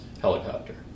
helicopter